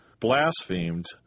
blasphemed